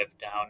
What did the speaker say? down